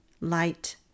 light